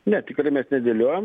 ne tikrai mes nedėliojam